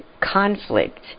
conflict